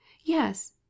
Yes